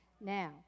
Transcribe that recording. Now